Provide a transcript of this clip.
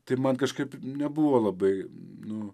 tai man kažkaip nebuvo labai nu